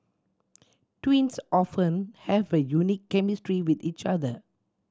twins often have a unique chemistry with each other